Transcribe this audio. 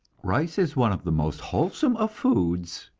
rice is one of the most wholesome of foods,